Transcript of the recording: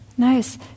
Nice